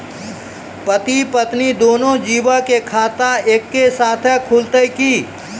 पति पत्नी दुनहु जीबो के खाता एक्के साथै खुलते की?